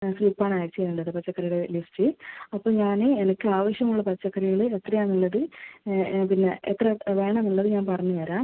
സ്ലിപ്പാണ് actually ഉള്ളത് പച്ചക്കറിയുടെ list അപ്പോൾ ഞാൻ എനിക്ക് ആവശ്യമുള്ള പച്ചക്കറികൾ എത്രയാണ് ഉള്ളത് പിന്നെ എത്ര വേണമെന്ന് ഉള്ളത് ഞാൻ പറഞ്ഞ് തരാം